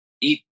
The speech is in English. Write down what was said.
eat